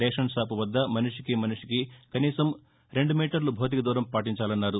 ration shop వద్ద మనిషికి మనిషికి కనీసం రెండు మీటర్లు భౌతిక దూరం పాటించాలన్నారు